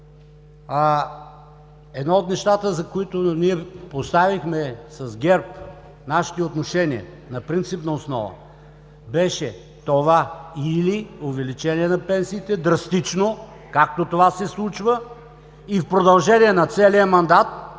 Едно от нещата, заради които ние поставихме с ГЕРБ нашите отношения на принципна основа, беше това: или драстично увеличение на пенсиите, както това се случва, и в продължение на целия мандат